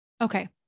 Okay